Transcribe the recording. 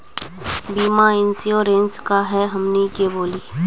बीमा इंश्योरेंस का है हमनी के बोली?